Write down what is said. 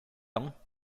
ans